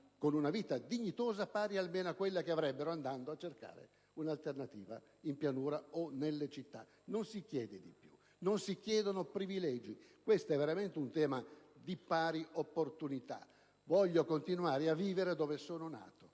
una vita dignitosa pari almeno a quella che avrebbero andando a cercare un'alternativa in pianura o nelle città. Non si chiede di più, non si chiedono privilegi. Si tratta veramente di un tema di pari opportunità: si vuole continuare a vivere dove si è nati,